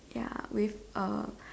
ya with a